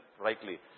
rightly